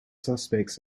suspects